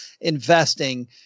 investing